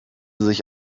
sich